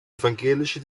evangelische